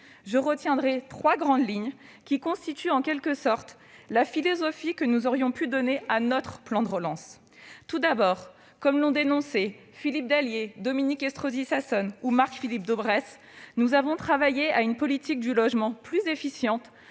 Je retiendrai trois grandes lignes, qui constituent en quelque sorte la philosophie sur laquelle nous aurions pu fonder notre plan de relance. Tout d'abord, comme l'ont dénoncé Philippe Dallier, Dominique Estrosi Sassone et Marc-Philippe Daubresse, nous avons travaillé à une politique du logement plus efficiente,